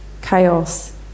chaos